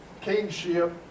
kingship